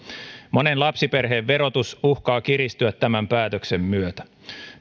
monen lapsiperheen verotus uhkaa kiristyä tämän päätöksen myötä